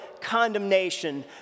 condemnation